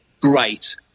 great